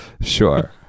Sure